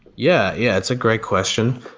yeah yeah, it's a great question.